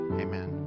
Amen